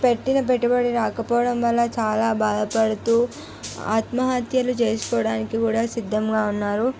పెట్టిన పెట్టుబడి రాకపోవడం వల్ల చాలా బాధపడుతూ ఆత్మహత్యలు చేసుకోవడానికి కూడా సిద్ధంగా ఉన్నారు